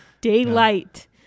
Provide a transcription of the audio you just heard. Daylight